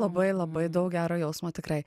labai labai daug gero jausmo tikrai